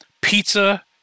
pizza